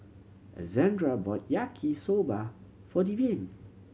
Alexandria bought Yaki Soba for Devyn